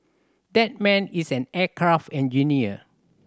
that man is an aircraft engineer